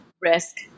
risk